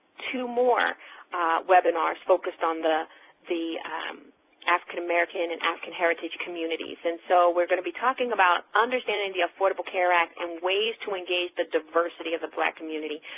two more webinars focused on the the african american and african heritage communities, and so we're going to be talking about understanding the affordable care act and ways to engage the diversity of the black community,